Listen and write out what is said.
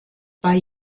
bei